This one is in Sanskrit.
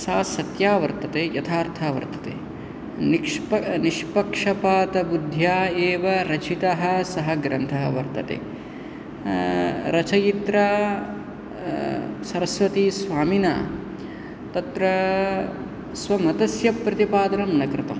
स सत्या वर्तते यथार्था वर्तते निक्ष्प निष्पक्षपातबुध्या एव रचितः सः ग्रन्थः वर्तते रचयित्रा सरस्वतीस्वामिना तत्र स्वमतस्य प्रतिपादनं न कृतम्